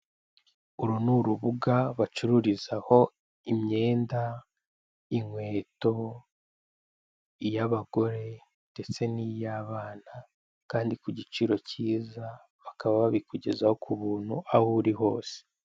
Uru ni urubuga bacururizaho imyenda, inkweto, iy'abagore ndetse n'iy'abana, kandi ku giciro cyiza, bakaba babikugezaho ku buntu aho uri hose.